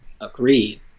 Agreed